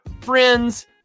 friends